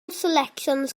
selections